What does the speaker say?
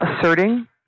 asserting